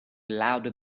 louder